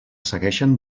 segueixen